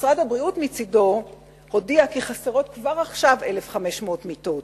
ומשרד הבריאות מצדו הודיע כי חסרות כבר עכשיו 1,500 מיטות.